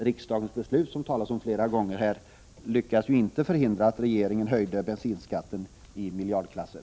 Riksdagens beslut, som det talas om flera gånger i frågesvaret, lyckades inte förhindra att regeringen höjde bensinskatten med belopp i miljardklassen!